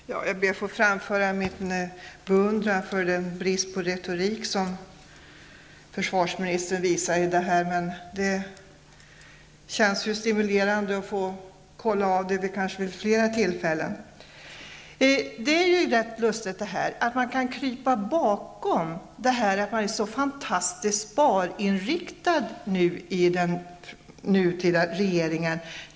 Herr talman! Jag ber att få framföra min beundran för den brist på retorik som försvarsministern visar. Det känns stimulerande att kanske få möjlighet att kolla av det vid flera tillfällen. Det är rätt lustigt att Anders Björck kan krypa bakom det faktum att den nuvarande regeringen är så sparinriktad just när det gäller försvaret.